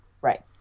Right